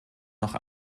noch